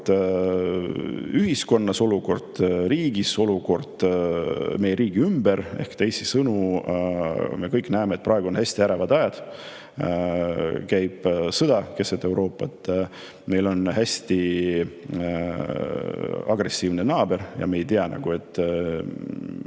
ühiskonnas, olukord riigis, olukord meie riigi ümber. Me kõik näeme, et praegu on hästi ärevad ajad, käib sõda keset Euroopat. Meil on hästi agressiivne naaber ja me ei tea,